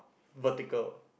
vertical